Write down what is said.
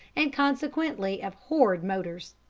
and consequently abhorred motors.